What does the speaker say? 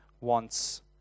wants